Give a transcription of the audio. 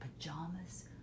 pajamas